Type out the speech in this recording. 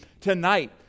tonight